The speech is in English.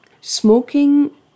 smoking